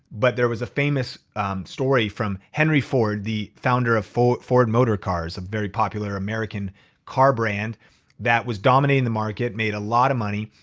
but there was a famous story from henry ford, the founder of ford ford motorcars, a very popular american car brand that was dominating the market, made a lot of money.